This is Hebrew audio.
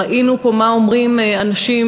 ראינו פה מה אומרים אנשים,